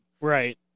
Right